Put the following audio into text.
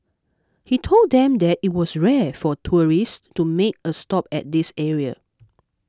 he told them that it was rare for tourists to make a stop at this area